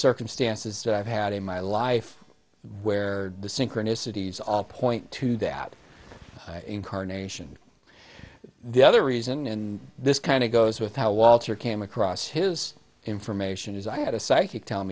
circumstances that i've had in my life where the synchronicities all point to that incarnation the other reason in this kind of goes with how walter came across his information is i had a psychic tell